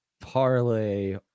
parlay